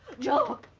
jo!